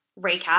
recap